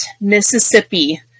Mississippi